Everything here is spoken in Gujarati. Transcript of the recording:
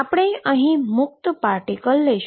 આપણે અહી મુક્ત પાર્ટીકલ લઈશું